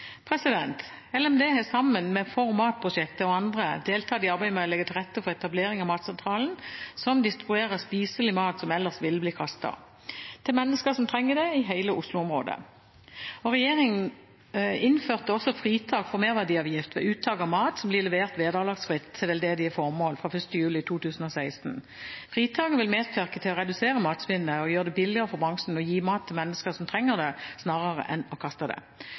har sammen med ForMat-prosjektet og andre deltatt i arbeidet med å legge til rette for etablering av Matsentralen, som distribuerer spiselig mat som ellers ville blitt kastet, til mennesker i hele Oslo-området som trenger det. Regjeringen innførte også fritak for merverdiavgift ved uttak av mat som blir levert vederlagsfritt til veldedige formål, fra 1. juli 2016. Fritaket vil medvirke til å redusere matsvinnet og gjøre det billigere for bransjen å gi mat til mennesker som trenger det, snarere enn å kaste mat. Jeg har tro på at alt det